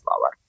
lower